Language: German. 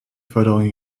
förderung